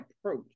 approach